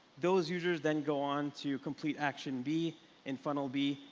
those users then go on to complete action b in funnel b,